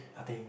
nothing